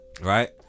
Right